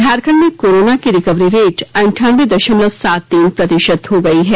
झारखंड में कोरोना की recovery rate अनठानबे दशमलव सात तीन प्रतिशत हो गई है